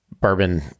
bourbon